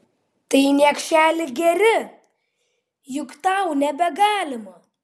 tai niekšeli geri juk tau nebegalima